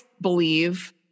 believe